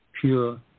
pure